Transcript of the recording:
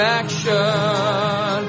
action